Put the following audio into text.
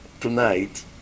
tonight